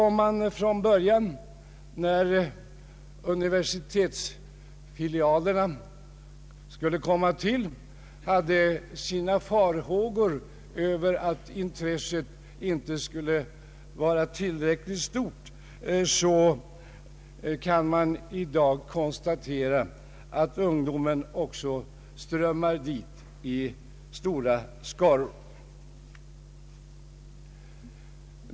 Om man när man förberedde universitetsfilialerna till en början hyste vissa farhågor för att intresset inte skulle bli tillräckligt stort, kan man i dag konstatera att ungdomen strömmar till i stora skaror.